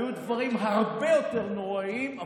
היו דברים הרבה יותר נוראיים,